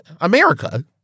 America